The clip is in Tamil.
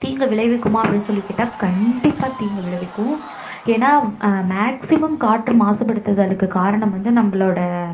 தீங்கு விளைவிக்குமா அப்படின்னு சொல்லி கேட்டால் கண்டிப்பாக தீங்கு விளைவிக்கும் ஏன்னால் மேக்சிமம் காற்று மாசுபடுத்துதலுக்கு காரணம் வந்து நம்பளோடய